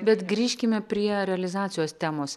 bet grįžkime prie realizacijos temos